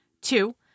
Two